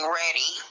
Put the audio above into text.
ready